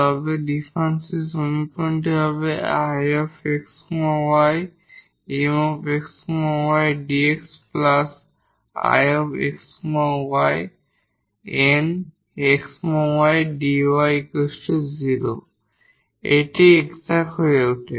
তবে এখানে ডিফারেনশিয়াল সমীকরণ হবে এটি এক্সাট হয়ে ওঠে